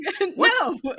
No